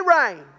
rain